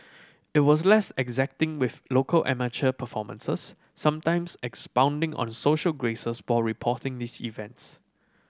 it was less exacting with local amateur performances sometimes expounding on social graces while reporting these events